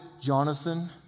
Jonathan